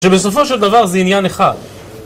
שבסופו של דבר זה עניין אחד